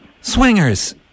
Swingers